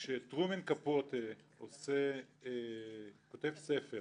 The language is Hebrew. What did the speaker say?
כשטרומן קפוטה כותב ספר